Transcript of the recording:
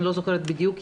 אני לא זוכרת בדיוק,